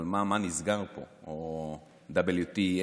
אבל מה נסגר פה?